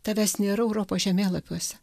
tavęs nėra europos žemėlapiuose